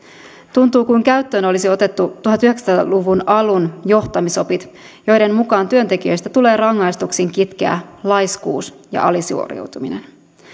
tuntuu kuin käyttöön olisi otettu tuhatyhdeksänsataa luvun alun johtamisopit joiden mukaan työntekijöistä tulee rangaistuksin kitkeä laiskuus ja alisuoriutuminen